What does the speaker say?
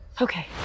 Okay